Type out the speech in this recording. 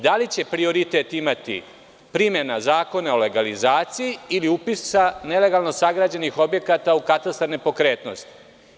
Da li će prioritet imati primena Zakona o legalizaciji ili upisa nelegalno sagrađenih objekata u katastar nepokretnosti?